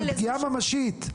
של פגיעה ממשית.